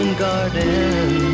garden